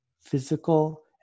physical